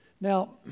Now